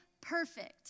perfect